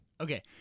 Okay